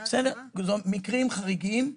מקרים חריגים ייבחנו.